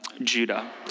Judah